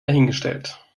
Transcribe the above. dahingestellt